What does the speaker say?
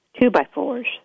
two-by-fours